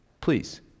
Please